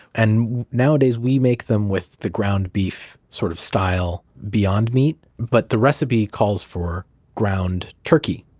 and nowadays, we make them with the ground beef sort of style beyond meat, but the recipe calls for ground turkey.